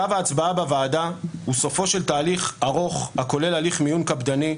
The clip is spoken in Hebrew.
שלב ההצבעה בוועדה הוא סופו של תהליך ארוך הכולל הליך מיון קפדני,